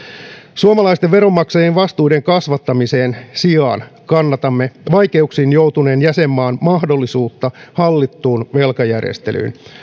suomalaisten veronmaksajien vastuiden kasvattamisen sijaan kannatamme vaikeuksiin joutuneen jäsenmaan mahdollisuutta hallittuun velkajärjestelyyn